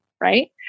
Right